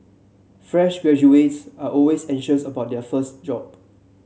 fresh graduates are always anxious about their first job